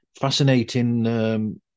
Fascinating